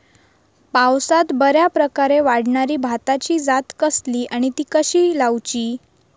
पावसात बऱ्याप्रकारे वाढणारी भाताची जात कसली आणि ती कशी लाऊची?